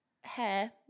hair